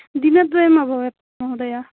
दिनद्वयम् अभवत् महोदय